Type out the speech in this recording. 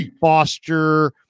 Foster